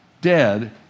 dead